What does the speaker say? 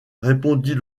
répondit